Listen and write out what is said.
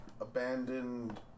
Abandoned